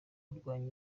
kurwanya